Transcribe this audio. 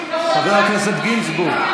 חבר הכנסת גינזבורג.